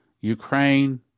Ukraine